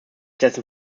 dessen